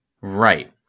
Right